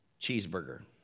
cheeseburger